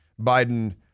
Biden